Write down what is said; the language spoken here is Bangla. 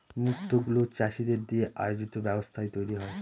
মুক্ত গুলো চাষীদের দিয়ে আয়োজিত ব্যবস্থায় তৈরী হয়